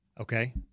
Okay